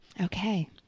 Okay